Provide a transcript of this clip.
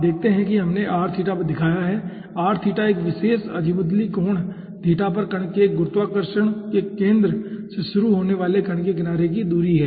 और आप देखते हैं कि हमने r थीटा दिखाया है r थीटा एक विशेष अज़ीमुथली कोण थीटा पर कण के गुरुत्वाकर्षण के केंद्र से शुरू होने वाले कण के किनारे की दूरी है